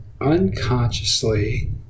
unconsciously